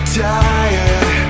tired